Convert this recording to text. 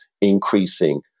increasing